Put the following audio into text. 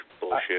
bullshit